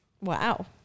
wow